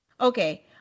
okay